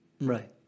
Right